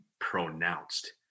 pronounced